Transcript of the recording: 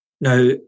Now